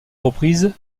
reprise